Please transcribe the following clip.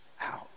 out